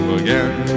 again